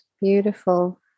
Beautiful